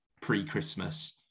pre-Christmas